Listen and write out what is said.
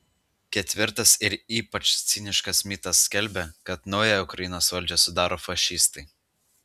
ketvirtas ir ypač ciniškas mitas skelbia kad naująją ukrainos valdžią sudaro fašistai